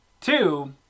two